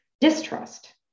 distrust